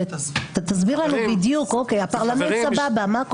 תסביר לנו בדיוק מה קורה,